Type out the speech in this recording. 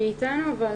היא לא נמצאת.